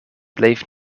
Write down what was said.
bleef